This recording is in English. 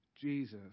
Jesus